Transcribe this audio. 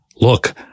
Look